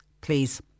please